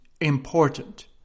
important